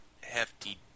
hefty